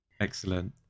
Excellent